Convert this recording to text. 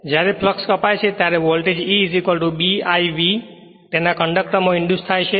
જ્યારે તે ફ્લક્ષ કપાય છે ત્યારે voltage E B l V તેના કંડક્ટર માં ઇંડ્યુસથાય છે